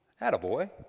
Attaboy